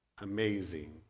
amazing